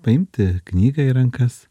paimti knygą į rankas